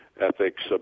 ethics